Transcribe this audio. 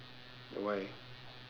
why